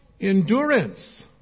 Endurance